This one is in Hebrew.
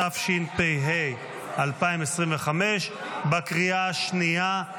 התשפ"ה 2025, בקריאה השנייה.